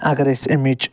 اگر أسۍ امِچ